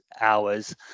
hours